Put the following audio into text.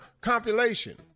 compilation